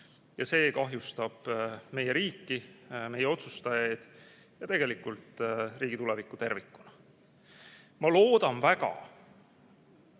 ja see kahjustab meie riiki, meie otsustajaid ja tegelikult riigi tulevikku tervikuna. Ma loodan väga,